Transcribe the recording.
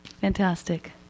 Fantastic